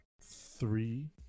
three